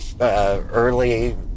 early